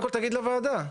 קודם כל תגיד לוועדה.